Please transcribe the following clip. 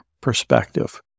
perspective